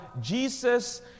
Jesus